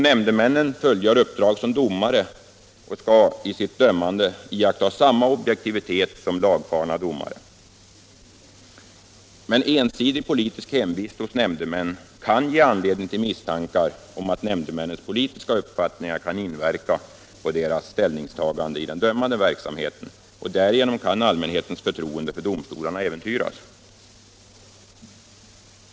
Nämndemännen fullgör uppdrag såsom domare och skall i sitt dömande iaktta samma objektivitet som de lagfarna domarna. Men ensidig politisk hemvist hos nämndemännen kan ge anledning till misstankar om att nämndemännens politiska uppfattningar kan inverka på deras ställningstagande i den dömande verksamheten, och därigenom kan allmänhetens förtroende för domstolarna äventyras.